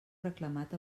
reclamat